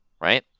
right